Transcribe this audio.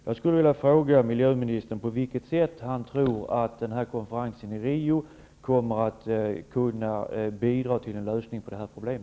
Jag skulle vilja fråga miljöministern på vilket sätt han tror att konferensen i Rio kommer att kunna bidra till en lösning på detta problem.